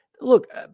look